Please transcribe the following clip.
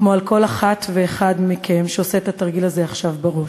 כמו על כל אחת ואחד מכם שעושה את התרגיל הזה עכשיו בראש.